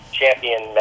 champion